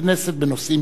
בנושאים שונים.